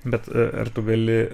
bet ar tu gali